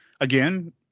again